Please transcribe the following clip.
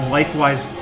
likewise